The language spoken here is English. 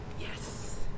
Yes